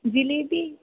jalebi